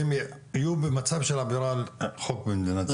הם יהיו במצב של עבירה על חוק במדינת ישראל.